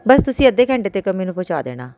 ਬਸ ਤੁਸੀਂ ਅੱਧੇ ਘੰਟੇ ਤੱਕ ਮੈਨੂੰ ਪਹੁੰਚਾ ਦੇਣਾ